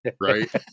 right